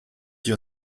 your